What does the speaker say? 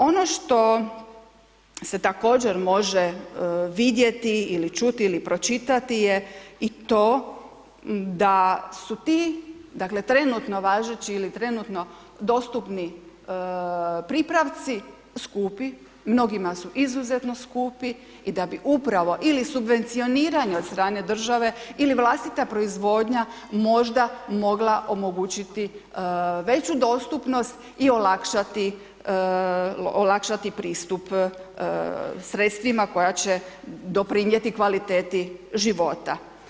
Ono što se također može vidjeti ili čuti ili pročitati je to da su ti, dakle, trenutno važeći ili trenutno dostupni pripravci skupi, mnogima su izuzetno skupi i da bi upravo ili subvencioniranje od strane države ili vlastita proizvodnja možda mogla omogućiti veću dostupnost i olakšati pristup sredstvima koja će doprinijeti kvaliteti života.